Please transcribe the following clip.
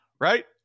right